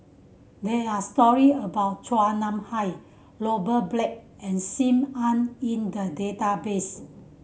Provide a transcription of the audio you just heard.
there are story about Chua Nam Hai Robert Black and Sim Ann in the database